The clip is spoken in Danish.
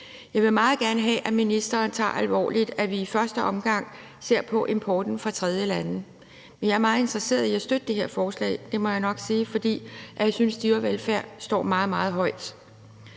Jeg vil meget gerne have, at ministeren tager det alvorligt, og at vi i første omgang ser på importen fra tredjelande. Vi er meget interesseret i at støtte det her forslag – det må jeg nok sige – for jeg synes, at dyrevelfærd står meget, meget højt.